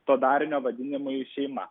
to darinio vadinimui šeima